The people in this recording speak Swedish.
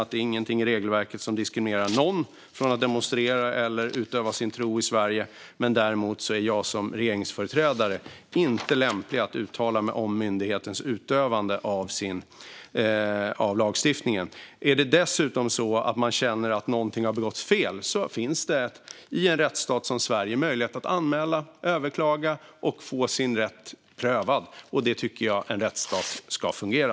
Det finns inget i regelverket som diskriminerar någon från att demonstrera eller utöva sin tro i Sverige. Däremot är jag som regeringsföreträdare inte lämplig att uttala mig om myndighetens utövande av lagstiftningen. Om man känner att något fel har begåtts finns det i en rättsstat som Sverige möjlighet att anmäla, överklaga och få sin rätt prövad. Så tycker jag att en rättsstat ska fungera.